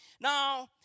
Now